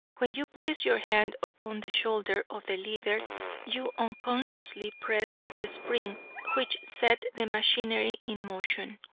when you placed your hand upon the shoulder of the leader you unconsciously pressed the spring which set the machinery in motion,